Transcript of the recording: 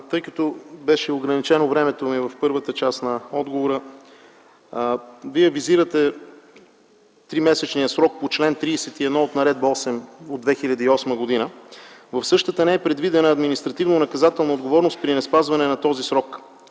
Тъй като беше ограничено времето ми в първата част на отговора, Вие визирате 3-месечния срок по чл. 31 от Наредба № 8 от 2008 г. В същата не е предвидена административно-наказателна отговорност при неспазване на този срок.